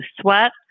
sweat